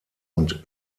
und